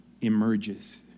emerges